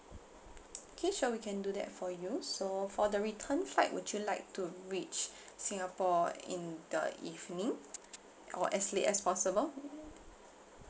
okay sure we can do that for you so for the return fight would you like to reach singapore in the evening or as late as possible